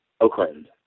Oakland